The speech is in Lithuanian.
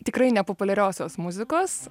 tikrai nepopuliariosios muzikos